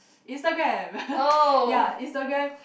Instagram ya Instagram